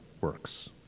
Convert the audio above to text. works